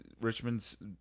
Richmond's